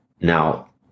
Now